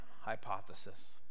hypothesis